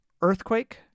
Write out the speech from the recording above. Earthquake